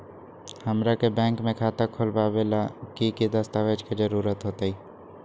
हमरा के बैंक में खाता खोलबाबे ला की की दस्तावेज के जरूरत होतई?